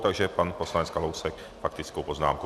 Takže pan poslanec Kalousek faktickou poznámku.